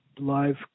live